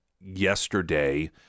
yesterday